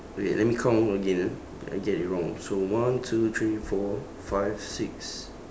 wait let me count again ah I get it wrong so one two three four five six